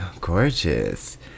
Gorgeous